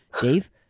Dave